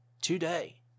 today